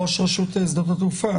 ראש רשות שדות התעופה.